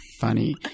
funny